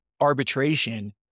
arbitration